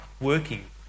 working